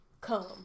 come